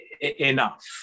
enough